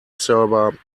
server